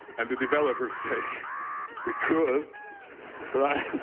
and the developers face we could write